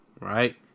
right